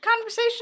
conversation